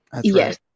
Yes